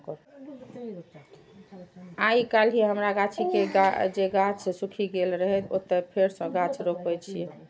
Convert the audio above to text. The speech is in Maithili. आइकाल्हि हमरा गाछी के जे गाछ सूखि गेल रहै, ओतय फेर सं गाछ रोपै छियै